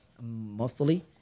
mostly